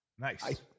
Nice